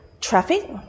traffic